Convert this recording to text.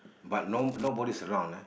but no nobody is around ah